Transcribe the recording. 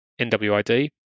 NWID